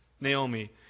Naomi